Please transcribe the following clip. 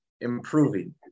improving